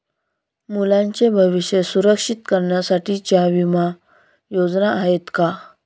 मुलांचे भविष्य सुरक्षित करण्यासाठीच्या विमा योजना आहेत का?